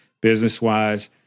business-wise